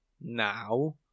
now